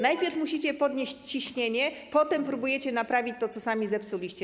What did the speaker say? Najpierw musicie podnieść ciśnienie, potem próbujecie naprawić to, co sami zepsuliście.